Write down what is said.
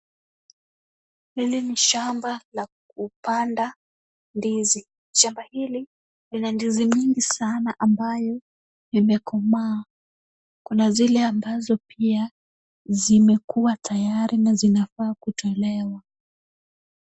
Hili ni shamba la kupanda ndizi. Shamba hili lina ndizi mingi sana ambayo imekomaa. Kuna zile ambazo pia zimekuwa tayari na zinafaa kutolewa.